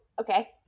okay